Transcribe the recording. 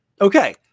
okay